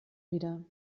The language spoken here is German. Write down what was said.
wieder